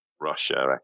Russia